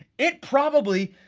it probably,